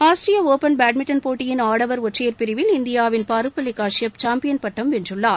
Austrian open badminton போட்டிகளில் ஆடவர் ஒற்றையர் பிரிவில் இந்தியாவின் பாருப்பள்ளி கஷ்பப் சாம்பியன் பட்டம் வென்றுள்ளார்